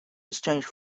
exchange